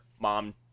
mom